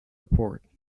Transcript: report